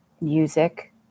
music